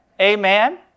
Amen